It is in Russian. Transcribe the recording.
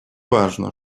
важно